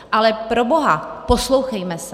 Ale proboha poslouchejme se!